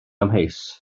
amheus